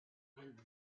and